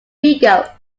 vigo